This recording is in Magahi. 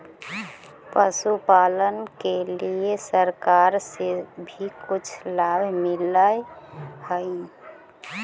पशुपालन के लिए सरकार से भी कुछ लाभ मिलै हई?